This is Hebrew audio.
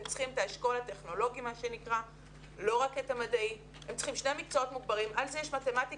הוא צריך את האשכול הטכנולוגי ולא רק את המדעי ועל זה יש מתמטיקה,